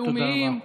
לאומיים,